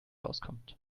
auskommt